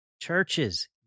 Churches